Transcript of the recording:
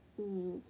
mm